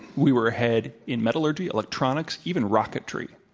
we were ahead in metallurgy, electronics, even rocketry.